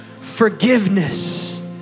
forgiveness